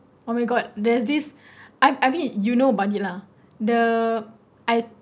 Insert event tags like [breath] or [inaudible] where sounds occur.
oh my god there's this [breath] I I mean you know about it lah the I've